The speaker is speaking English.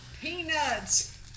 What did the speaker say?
Peanuts